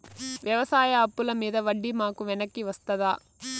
వ్యవసాయ అప్పుల మీద వడ్డీ మాకు వెనక్కి వస్తదా?